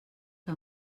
que